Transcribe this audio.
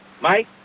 Mike